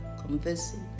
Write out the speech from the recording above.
conversing